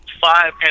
five